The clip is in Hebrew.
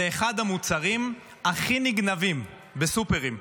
זה אחד המוצרים הכי נגנבים בסופרים.